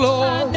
Lord